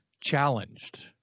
challenged